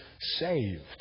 saved